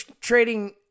trading